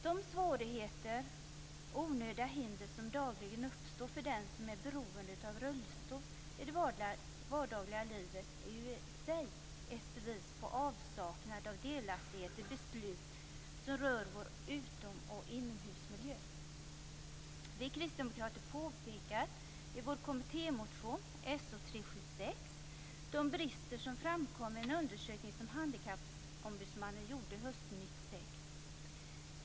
De svårigheter och onödiga hinder som dagligen uppstår för den som är beroende av rullstol i det vardagliga livet är i sig ett bevis på avsaknad av delaktighet i beslut som rör vår utom och inomhusmiljö. Vi kristdemokrater påpekar i vår kommittémotion So376 de brister som framkom i en undersökning som Handikappombudsmannen gjorde hösten 1996.